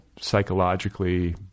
psychologically